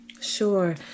sure